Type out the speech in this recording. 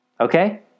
Okay